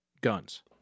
guns